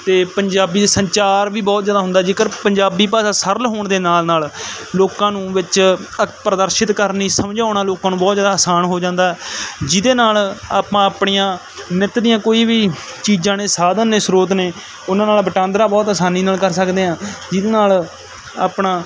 ਅਤੇ ਪੰਜਾਬੀ ਦੇ ਸੰਚਾਰ ਵੀ ਬਹੁਤ ਜ਼ਿਆਦਾ ਹੁੰਦਾ ਜੇਕਰ ਪੰਜਾਬੀ ਭਾਸ਼ਾ ਸਰਲ ਹੋਣ ਦੇ ਨਾਲ ਨਾਲ ਲੋਕਾਂ ਨੂੰ ਵਿੱਚ ਅ ਪ੍ਰਦਰਸ਼ਿਤ ਕਰਨੀ ਸਮਝਾਉਣਾ ਲੋਕਾਂ ਨੂੰ ਬਹੁਤ ਜ਼ਿਆਦਾ ਅਸਾਨ ਹੋ ਜਾਂਦਾ ਜਿਹਦੇ ਨਾਲ ਆਪਾਂ ਆਪਣੀਆਂ ਨਿੱਤ ਦੀਆਂ ਕੋਈ ਵੀ ਚੀਜ਼ਾਂ ਨੇ ਸਾਧਨ ਨੇ ਸਰੋਤ ਨੇ ਉਹਨਾਂ ਨਾਲ ਵਟਾਂਦਰਾ ਬਹੁਤ ਅਸਾਨੀ ਨਾਲ ਕਰ ਸਕਦੇ ਹਾਂ ਜਿਹਦੇ ਨਾਲ ਆਪਣਾ